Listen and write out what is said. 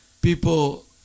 people